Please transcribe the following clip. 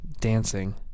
dancing